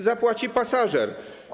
Zapłaci pasażer.